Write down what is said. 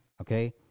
okay